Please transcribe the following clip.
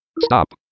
Stop